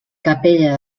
capella